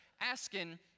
asking